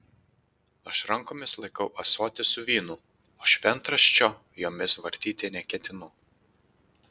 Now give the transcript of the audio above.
aš rankomis laikau ąsotį su vynu o šventraščio jomis vartyti neketinu